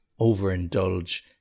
overindulge